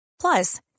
Plus